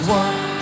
one